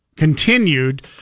Continued